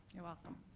you're welcome.